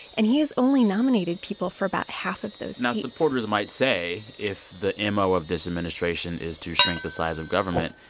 and he has only nominated people for about half of those seats now, supporters might say if the m o. of this administration is to shrink the size of government,